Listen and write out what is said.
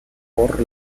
por